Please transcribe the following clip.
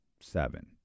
seven